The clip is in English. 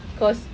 because